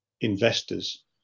investors